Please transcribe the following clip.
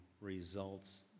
results